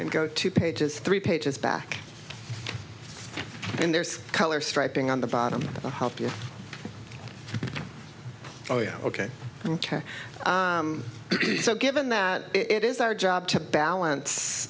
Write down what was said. and go to pages three pages back and there's color striping on the bottom one help you oh yeah ok ok so given that it is our job to balance